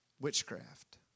witchcraft